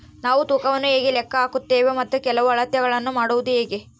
ನಾವು ತೂಕವನ್ನು ಹೇಗೆ ಲೆಕ್ಕ ಹಾಕುತ್ತೇವೆ ಮತ್ತು ಕೆಲವು ಅಳತೆಗಳನ್ನು ಮಾಡುವುದು ಹೇಗೆ?